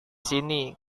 sini